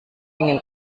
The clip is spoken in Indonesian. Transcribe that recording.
ingin